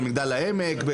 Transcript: במגדל העמק,